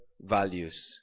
values